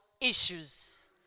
issues